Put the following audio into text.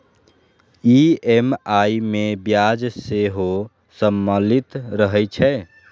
EMI मे ब्याज सेहो सम्मिलित रहै छै